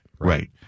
Right